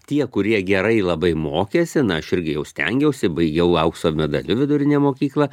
tie kurie gerai labai mokėsi na aš irgi jau stengiausi baigiau aukso medaliu vidurinę mokyklą